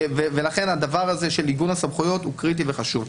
ולכן הדבר הזה של עיגון הסמכויות ליחידה הוא קריטי וחשוב.